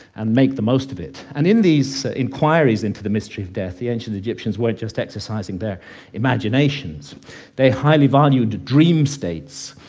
and make the most of it. and in these inquiries into the mystery of death, the ancient egyptians weren't just exercising their imaginations they highly valued dream states,